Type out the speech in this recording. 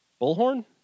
Bullhorn